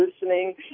listening